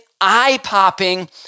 eye-popping